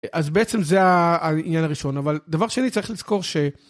אז בעצם זה העניין הראשון, אבל דבר שני, צריך לזכור ש...